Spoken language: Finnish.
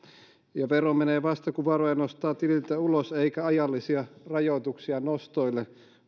vero menee vasta kun varoja nostaa tililtä ulos eikä ajallisia rajoituksia nostoille